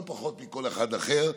לא פחות מכל אחד אחר,